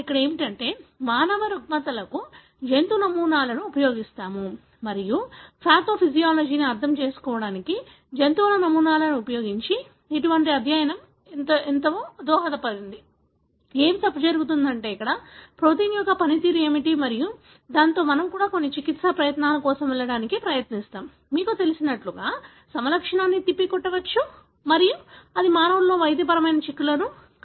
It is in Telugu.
ఇక్కడ మనం మానవ రుగ్మతలకు జంతు నమూనాలను ఉపయోగిస్తాము మరియు పాథోఫిజియాలజీని అర్థం చేసుకోవడానికి జంతువుల నమూనాలను ఉపయోగించి ఇటువంటి అధ్యయనం ఎంతో దోహదపడింది ఏమి తప్పు జరుగుతుంది మరియు ప్రోటీన్ యొక్క పనితీరు ఏమిటి మరియు దానితో మనము కూడా కొన్ని చికిత్సా ప్రయత్నాల కోసం వెళ్ళడానికి ప్రయత్నిస్తాము మీకు మీకు తెలిసినట్లుగా సమలక్షణాన్ని తిప్పికొట్టవచ్చు సరియైనది మరియు అది మానవులలో వైద్యపరమైన చిక్కులను కలిగిస్తుంది